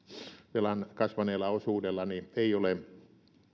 velan osuudella ei ole